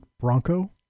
Bronco